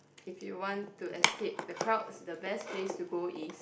if you want to escape the crowds the best place to go is